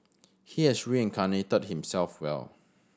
he has reincarnated himself well